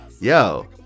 yo